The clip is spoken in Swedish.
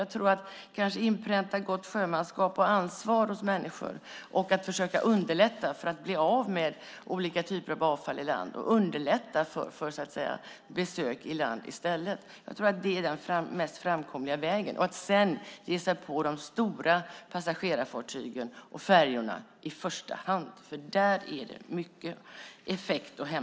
Jag tror i stället att vi når bättre resultat genom att inpränta gott sjömanskap och ansvar hos människor. Vi ska också försöka göra det lättare att bli av med olika typer av avfall i land samt underlätta för besök i land. Det tror jag är den mest framkomliga vägen. I första hand måste vi dock ge oss på de stora passagerarfartygen och färjorna. Det kommer att ge den största effekten.